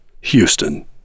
Houston